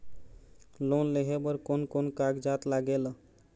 Loan लेहे बर कोन कोन कागजात लागेल?